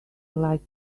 like